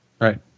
Right